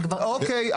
אוקיי,